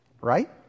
Right